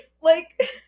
Like-